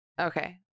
Okay